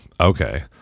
okay